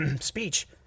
speech